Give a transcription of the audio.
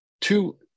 two